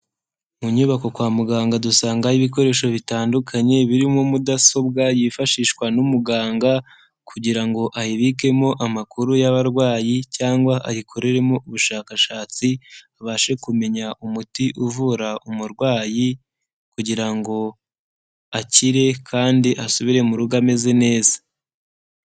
Mu nyubako kwa muganga dusangayo ibikoresho bitandukanye birimo mudasobwa yifashishwa n'umuganga kugirango ngo ayibikemo amakuru y'abarwayi cyangwa ayikoreremo ubushakashatsi abashe kumenya umuti uvura umurwayi kugira ngo akire kandi asubire mu rugo ameze neza.